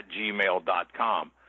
gmail.com